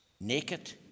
naked